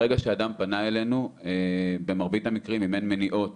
ברגע שאדם פנה אלינו במרבית המקרים אם אין מניעות